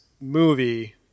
movie